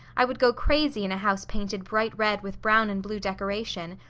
i would go crazy in a house painted bright red with brown and blue decoration.